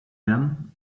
them